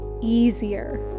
easier